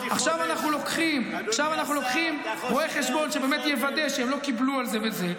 עכשיו אנחנו לוקחים רואה חשבון שבאמת יוודא שהם לא קיבלו על זה וזה.